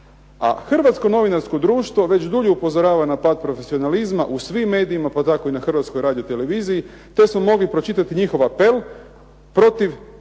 A Hrvatsko novinarsko društvo već dulje upozorava na pad profesionalizma u svim medijima, pa tako i na Hrvatskoj radioteleviziji, te smo mogli pročitati njihov apel protiv,